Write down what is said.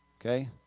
Okay